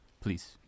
Please